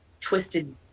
twisted